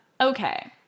okay